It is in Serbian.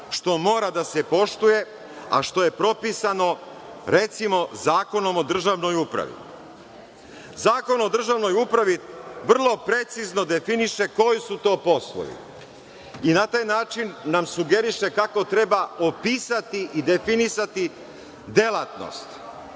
što mora da se poštuje, a što je propisano, recimo, Zakonom o državnoj upravi. Zakon o državnoj upravi vrlo precizno definiše koji su to poslovi i na taj način nam sugeriše kako treba opisati i definisati delatnost.